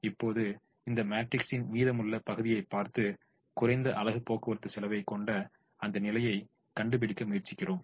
இப்போது இந்த மேட்ரிக்ஸின் மீதமுள்ள பகுதியைப் பார்த்து குறைந்த அலகு போக்குவரத்து செலவைக் கொண்ட அந்த நிலையைக் கண்டுபிடிக்க முயற்சிக்கிறோம்